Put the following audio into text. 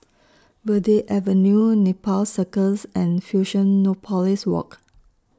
Verde Avenue Nepal Circus and Fusionopolis Walk